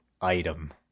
item